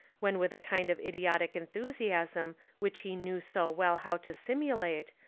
when with a kind of idiotic enthusiasm which he knew so well how to simulate,